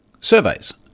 surveys